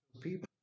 People